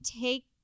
take